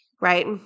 right